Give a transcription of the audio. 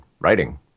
writing